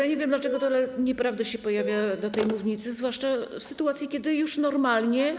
Ja nie wiem, dlaczego tyle nieprawdy się pojawia na tej mównicy, zwłaszcza w sytuacji, kiedy już normalnie.